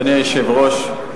אדוני היושב-ראש,